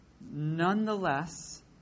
Nonetheless